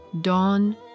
Dawn